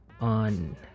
on